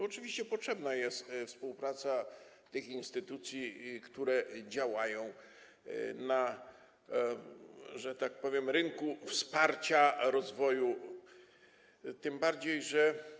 Oczywiście potrzebna jest współpraca tych instytucji, które działają na, że tak powiem, rynku wsparcia rozwoju, tym bardziej że.